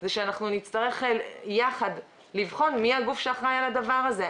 זה שנצטרך יחד לבחון מי הגוף שאחראי על הדבר הזה.